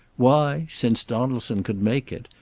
why, since donaldson could make it,